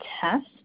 test